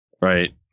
Right